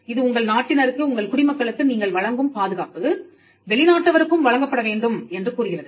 இது உங்கள் நாட்டினருக்கு உங்கள் குடிமக்களுக்கு நீங்கள் வழங்கும் பாதுகாப்பு வெளிநாட்டவருக்கும் வழங்கப்பட வேண்டும் என்று கூறுகிறது